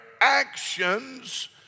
actions